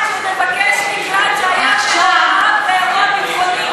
יש לך דוגמה אחת של מבקש מקלט שהיה מעורב באירוע ביטחוני?